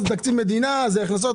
זה תקציב מדינה ואלה הכנסות.